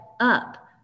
up